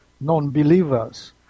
non-believers